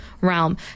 realm